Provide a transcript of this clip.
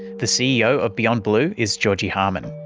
the ceo of beyond blue is georgie harman.